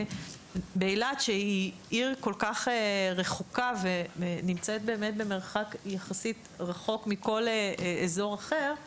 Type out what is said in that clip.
שהיא עיר כל כך רחוקה ונמצאת במרחק יחסית רב מכל אזור אחר,